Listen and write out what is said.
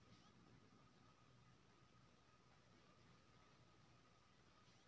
भाई गेहूं के पटवन आ सिंचाई के बाद कैए किलोग्राम कट्ठा यूरिया देल जाय?